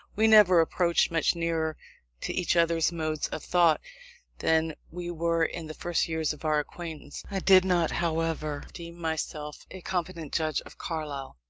we never approached much nearer to each other's modes of thought than we were in the first years of our acquaintance. i did not, however, deem myself a competent judge of carlyle.